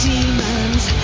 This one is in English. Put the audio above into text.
Demons